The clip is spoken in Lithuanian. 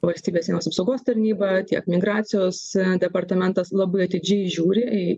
valstybės sienos apsaugos tarnyba tiek migracijos departamentas labai atidžiai žiūri į